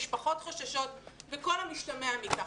למשפחות חוששות וכל המשתמע מכך.